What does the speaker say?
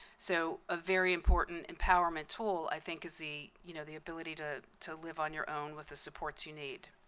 so a very important empowerment tool, i think, is the you know, the ability to to live on your own with the supports you need.